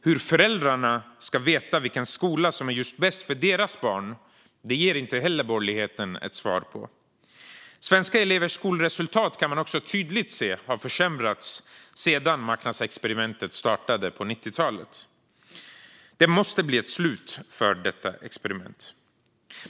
Hur föräldrarna ska veta vilken skola som är bäst för just deras barn ger borgerligheten inte heller ett svar på. Man kan också tydligt se att svenska elevers skolresultat har försämrats sedan marknadsexperimentet startade på 90-talet. Det måste bli ett slut på detta experiment.